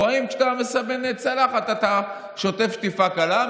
או אם כשאתה מסבן צלחת אתה שוטף שטיפה קלה,